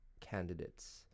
candidates